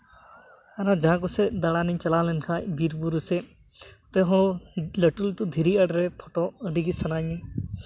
ᱟᱨ ᱡᱟᱦᱟᱸ ᱠᱚᱥᱮᱡ ᱫᱟᱬᱟᱱᱤᱧ ᱪᱟᱞᱟᱣ ᱞᱮᱱᱠᱷᱟᱱ ᱵᱤᱨᱼᱵᱩᱨᱩ ᱥᱮᱫ ᱚᱱᱛᱮ ᱦᱚᱸ ᱞᱟᱹᱴᱩ ᱞᱟᱹᱴᱩ ᱫᱷᱤᱨᱤ ᱟᱬᱮ ᱨᱮ ᱯᱷᱳᱴᱳ ᱟᱹᱰᱤᱜᱮ ᱥᱟᱱᱟᱧᱟ